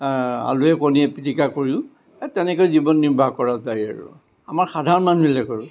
আলুৱে কণীয়ে পিটিকা কৰিও এ তেনেকৈ জীৱন নিৰ্বাহ কৰা যায় আৰু আমাৰ সাধাৰণ মানুহবিলাকৰো